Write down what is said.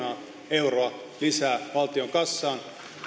euroa lisää valtion kassaan